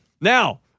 Now